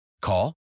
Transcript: Call